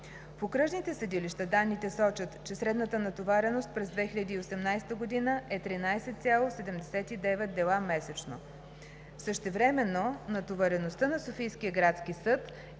В окръжните съдилища данните сочат, че средната натовареност през 2018 г. е 13,79 дела месечно. Същевременно натовареността на Софийския градски съд